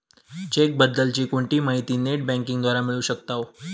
check बद्दल ची कोणतीही माहिती नेट बँकिंग द्वारा मिळू शकताव